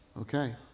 Okay